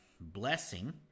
blessing